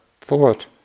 thought